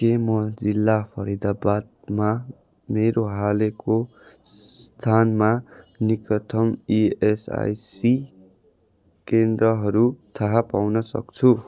के म जिल्ला फरिदाबादमा मेरो हालैको स्थानमा निकटतम इएसआइसी केन्द्रहरू थाहा पाउन सक्छु